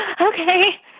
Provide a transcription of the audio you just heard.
okay